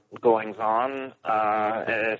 goings-on